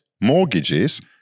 mortgages